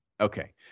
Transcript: Okay